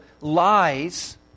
lies